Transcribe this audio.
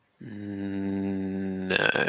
No